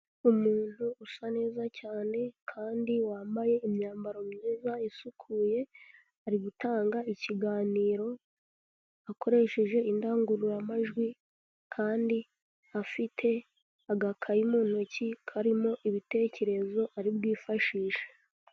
Umuntu usa neza cyane kandi wambaye imyambaro myiza isukuye, ari gutanga ikiganiro akoresheje indangururamajwi, kandi afite agakayi mu ntoki karimo ibitekerezo ari bwifashishe.